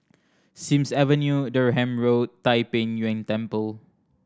Sims Avenue Durham Road Tai Pei Yuen Temple